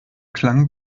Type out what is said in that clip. klang